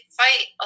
fight